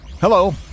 Hello